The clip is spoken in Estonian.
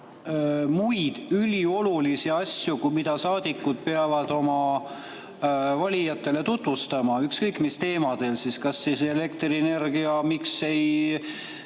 muid üliolulisi asju, mida saadikud peavad oma valijatele tutvustama – ükskõik mis teemadel, kas või elektrienergiaga seotud